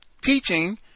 teaching